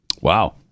Wow